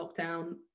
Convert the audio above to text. lockdown